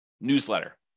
newsletter